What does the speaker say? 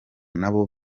nabo